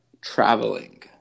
traveling